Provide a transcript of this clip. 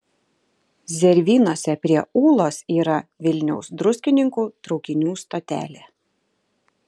zervynose prie ūlos yra vilniaus druskininkų traukinių stotelė